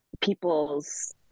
people's